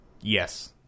Yes